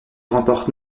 remporte